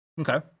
Okay